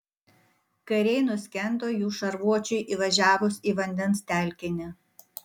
kariai nuskendo jų šarvuočiui įvažiavus į vandens telkinį